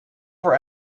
for